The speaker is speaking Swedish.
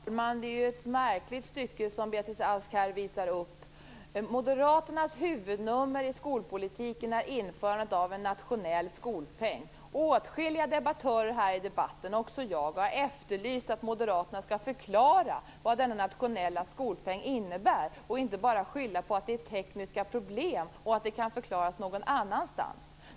Fru talman! Det är ett märkligt stycke som Beatrice Ask visar upp. Moderaternas huvudnummer i skolpolitiken är införandet av en nationell skolpeng. Åtskilliga debattörer här i debatten, även jag, har efterlyst att moderaterna skall förklara vad denna nationella skolpeng innebär, och inte bara skylla på att det är tekniska problem och att det kan förklaras någon annanstans.